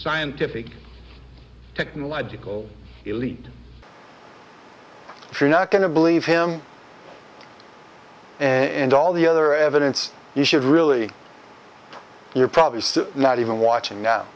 scientific technological elite if you're not going to believe him and all the other evidence you should really you're probably not even watching